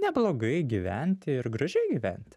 neblogai gyventi ir gražiai gyventi